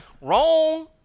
Wrong